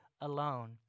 alone